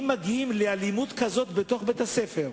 אם מגיעים לאלימות כזאת בתוך בית-ספר,